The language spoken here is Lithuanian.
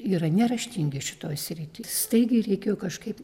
yra neraštingi šitoj srity staigiai reikėjo kažkaip